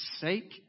sake